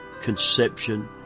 conception